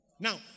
Now